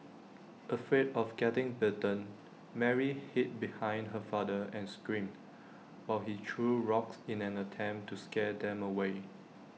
afraid of getting bitten Mary hid behind her father and screamed while he threw rocks in an attempt to scare them away